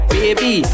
Baby